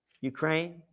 Ukraine